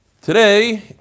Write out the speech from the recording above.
Today